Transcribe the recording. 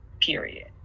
period